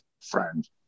friend